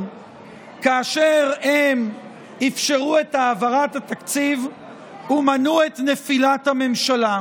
כאשר הם אפשרו את העברת התקציב ומנעו את נפילת הממשלה.